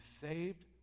saved